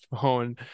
phone